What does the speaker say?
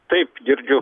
taip girdžiu